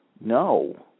no